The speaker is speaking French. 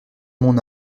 mon